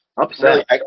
upset